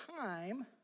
time